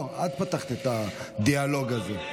את פתחת את הדיאלוג הזה.